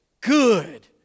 good